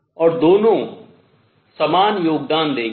और दोनों समान योगदान देंगे